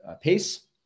pace